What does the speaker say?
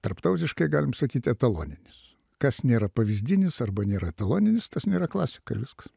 tarptautiškai galime sakyt etaloninis kas nėra pavyzdinis arba nėra etaloninis tas nėra klasika ir viskas